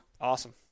Awesome